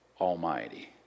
almighty